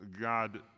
God